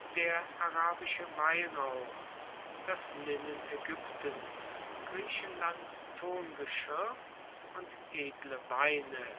der arabische weihrauch das linnen aegyptens griechenlands tongeschirr und edle weine